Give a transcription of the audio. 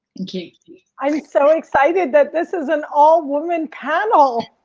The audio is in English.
thank you. i'm so excited that this is an all women panel.